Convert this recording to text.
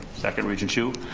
second, regent hsu.